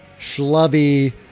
schlubby